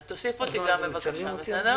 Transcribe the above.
אז תוסיף אותי גם, בסדר?